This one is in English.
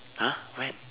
!huh! when